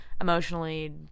emotionally